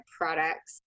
products